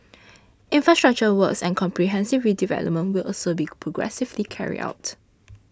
infrastructure works and comprehensive redevelopment will also be progressively carried out